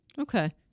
Okay